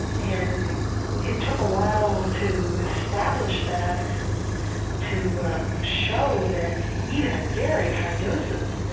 and it took a while to establish that and to show that even at very high doses,